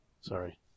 Sorry